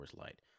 Light